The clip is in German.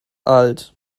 alt